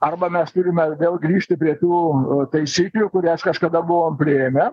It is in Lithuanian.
arba mes turime vėl grįžti prie tų taisyklių kurias kažkada buvom priėmę